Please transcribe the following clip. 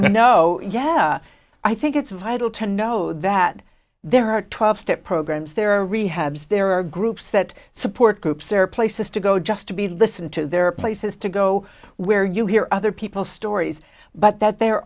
know yeah i think it's vital to know that there are twelve step programs there are rehabs there are groups that support groups or places to go just to be listened to there are places to go where you hear other people's stories but that there